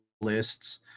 lists